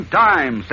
time